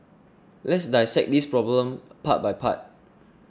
let's dissect this problem part by part